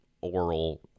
oral